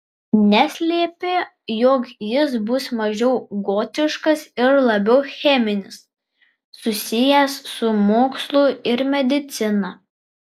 neslėpė jog jis bus mažiau gotiškas ir labiau cheminis susijęs su mokslu ir medicina